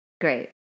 Great